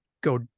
go